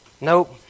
Nope